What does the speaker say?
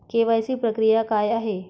KYC प्रक्रिया काय आहे?